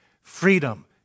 Freedom